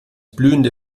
blühende